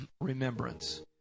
remembrance